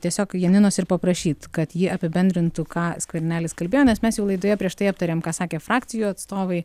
tiesiog janinos ir paprašyt kad ji apibendrintų ką skvernelis kalbėjo nes mes jau laidoje prieš tai aptarėm ką sakė frakcijų atstovai